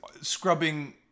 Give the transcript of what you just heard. scrubbing